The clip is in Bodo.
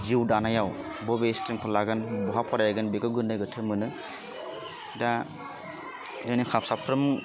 जिउ दानायाव बबे स्ट्रिमखौ लागोन बहा फरायगोन बेखौ गोनो गोथो मोनो दा दिनै खा साफ्रोम